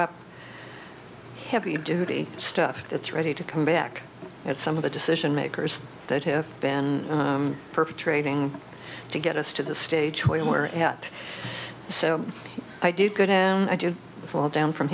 up heavy duty stuff that's ready to come back at some of the decision makers that have been perpetrating to get us to the stage where yet so i do good and i just fall down from